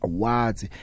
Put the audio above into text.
Awards